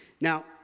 Now